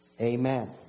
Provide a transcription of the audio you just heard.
Amen